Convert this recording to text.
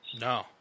No